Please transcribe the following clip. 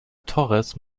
torres